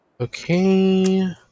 Okay